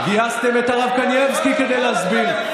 גייסתם את הרב קנייבסקי כדי להסביר.